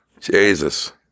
Jesus